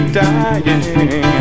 dying